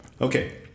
Okay